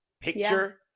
picture